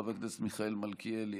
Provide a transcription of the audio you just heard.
חבר הכנסת מיכאל מלכיאלי,